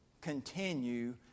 continue